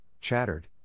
chattered